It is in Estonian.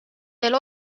veel